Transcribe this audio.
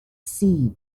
see